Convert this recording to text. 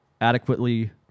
adequately